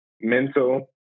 mental